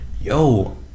yo